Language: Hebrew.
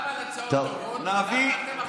גם בהצעות טובות למה אתם מכניסים,